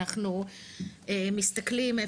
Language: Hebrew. אנחנו מסתכלים,